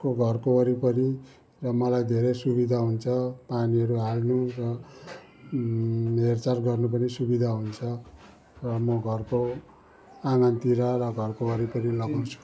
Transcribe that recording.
को घरको वरिपरि र मलाई धेरै सुविधा हुन्छ पानीहरू हाल्नु र हेरचाह गर्नुको पनि सुविधा हुन्छ र म घरको आँगनतिर र घरको वरिपरि लगाउँछु